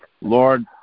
Lord